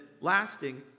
lasting